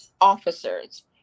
officer's